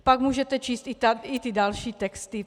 Pak můžete číst i ty další texty.